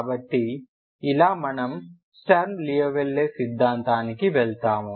కాబట్టి ఇలా మనము స్టర్మ్ లియోవిల్లే సిద్ధాంతానికి వెళ్తాము